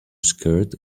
skirt